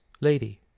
Lady